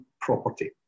property